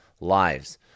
lives